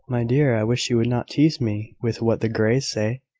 my dear, i wish you would not tease me with what the greys say.